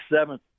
seven